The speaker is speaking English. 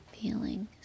feeling